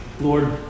Lord